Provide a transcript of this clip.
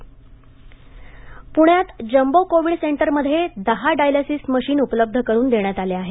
पुणे प्ण्यात jumbo covid सेंटरमध्ये दहा डायलिसिस मशीन उपलब्ध करून देण्यात आले आहेत